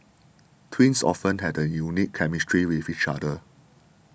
twins often have a unique chemistry with each other